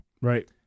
Right